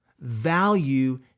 value